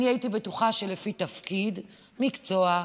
אני הייתי בטוחה שלפי תפקיד, מקצוע,